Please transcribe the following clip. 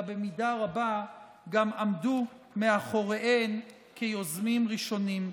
אלא במידה רבה גם עמדו מאחוריהן כיוזמים ראשונים.